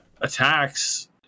attacks